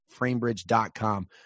FrameBridge.com